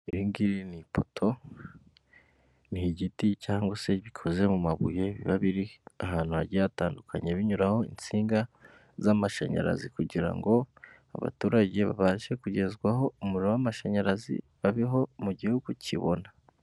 Iri ngiri ni ipoto, ni igiti cyangwa se bikoze mu mabuye, biba biri ahantu hagiye hatandukanye binyuraho insinga z'amashanyarazi, kugira ngo abaturage babashe kugezwaho umuriro w'amashanyarazi, babeho mu gihugu kibona.